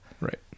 right